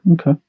Okay